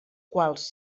quals